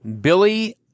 Billy